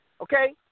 Okay